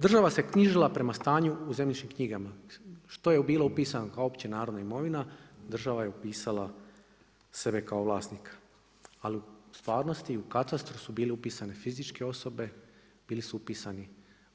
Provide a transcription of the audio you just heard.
Država se knjižila prema stanju u zemljišnim knjigama što je bilo upisano kao općenarodna imovina, država je upisala sebe kao vlasnika, ali u stvarnosti u katastru su bile upisane fizičke osobe, bili su upisani